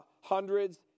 hundreds